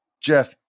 Jeff